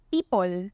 People